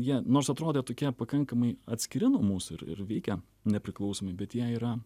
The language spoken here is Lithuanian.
jie nors atrodė tokie pakankamai atskiri nuo mūsų ir ir veikia nepriklausomai bet jie yra